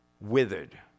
withered